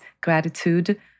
gratitude